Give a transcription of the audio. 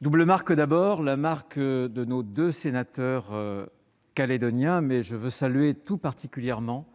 double message. Ce débat porte la marque de nos deux sénateurs calédoniens, même si je tiens à saluer tout particulièrement